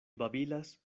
babilas